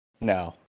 No